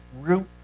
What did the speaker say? root